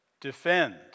defend